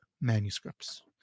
manuscripts